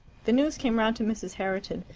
the news came round to mrs. herriton,